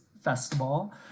festival